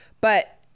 but-